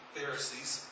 Pharisees